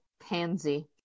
pansy